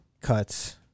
cuts